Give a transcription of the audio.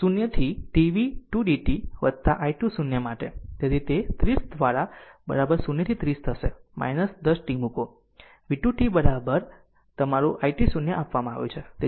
0 થી tv 2 dt વત્તા i 2 0 માટે તેથી તે 30 દ્વારા બરાબર 0 0 થી 30 થશે 10t મુકો અહીં v 2 t વત્તા તમારું i 2 0 આપવામાં આવ્યું છે